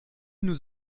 nous